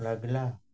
ଲଗିଲା